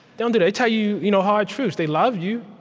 they and they tell you you know hard truths. they love you,